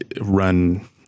run